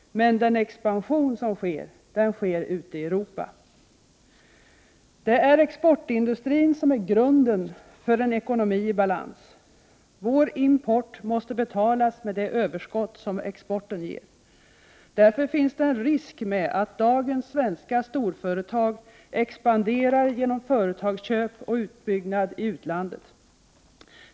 Men den expansion som sker den sker ute i Europa. Det är exportindustrin som utgör grunden för en ekonomi i balans. Vår import måste betalas med det överskott som exporten ger. Därför finns det en risk med att dagens svenska storföretag expanderar genom företagsköp och utbyggnad i utlandet.